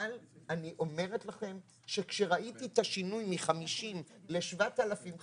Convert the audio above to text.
אבל אני אומרת לכם שכשראיתי את השינוי מ-50 ל-7,500,